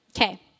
Okay